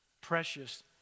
precious